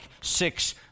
six